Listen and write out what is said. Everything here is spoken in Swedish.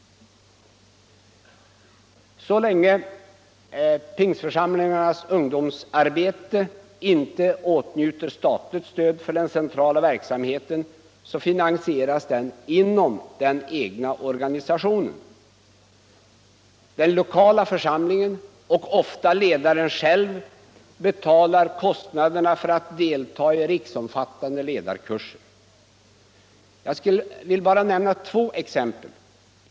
Så länge Pingstförsamlingarnas ungdomsarbete inte åtnjuter statligt stöd för den centrala verksamheten finansieras den inom den egna organisationen. Den lokala församlingen och ofta ledaren själv betalar kostnaderna för att delta i riksomfattande ledarkurser. Jag vill bara nämna två exempel.